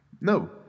No